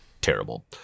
terrible